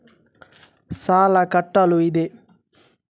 ಸಾಲ ಕಟ್ಟಲು ಇದೆ